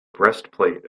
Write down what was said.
breastplate